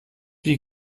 wie